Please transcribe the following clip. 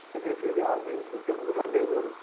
ଯେ ସେ ଯୋଉ ଆମେ ଯୋଉ ସୂର୍ଯ୍ୟମୁଖୀ ଲଗାଇବୁ